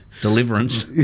Deliverance